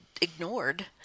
ignored